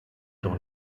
doch